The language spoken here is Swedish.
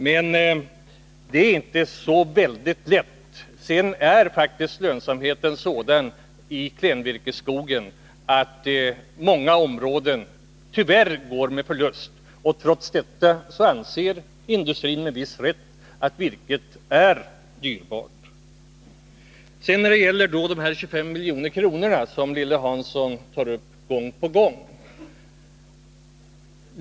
Lönsamheten är f.ö. sådan när det gäller klenvirkesskogen att det på många håll tyvärr går med förlust. Trots detta anser industrin med en viss rätt att virket är dyrbart. Sedan beträffande de 25 milj.kr. som Lilly Hansson gång på gång tar upp.